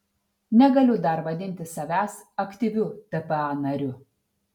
negaliu dar vadinti savęs aktyviu tpa nariu